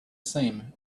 same